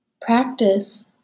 practice